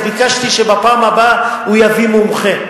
אז ביקשתי שבפעם הבאה הוא יביא מומחה,